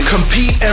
Compete